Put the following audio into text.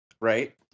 right